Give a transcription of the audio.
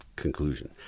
conclusion